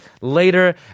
later